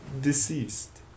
deceased